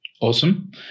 Awesome